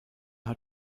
hat